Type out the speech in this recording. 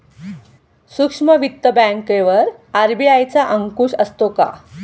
सूक्ष्म वित्त बँकेवर आर.बी.आय चा अंकुश असतो का?